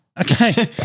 Okay